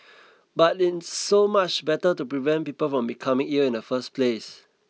but it's so much better to prevent people from becoming ill in the first place